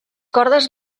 cordes